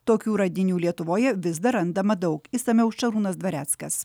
tokių radinių lietuvoje vis dar randama daug išsamiau šarūnas dvareckas